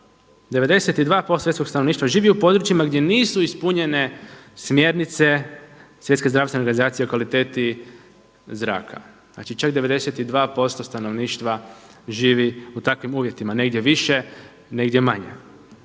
stanovništva živi u područjima gdje nisu ispunjene smjernice Svjetske zdravstvene organizacije o kvaliteti zraka. Znači čak 92% stanovništva živi u takvim uvjetima, negdje više, negdje manje.